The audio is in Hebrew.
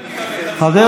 חלק מהימין, אתה מתכוון.